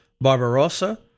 Barbarossa